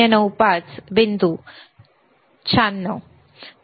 095 बिंदू 96 उजवा